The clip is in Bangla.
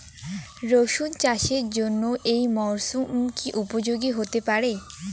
রসুন চাষের জন্য এই মরসুম কি উপযোগী হতে পারে?